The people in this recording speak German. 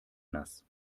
nass